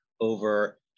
over